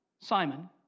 Simon